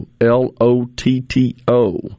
L-O-T-T-O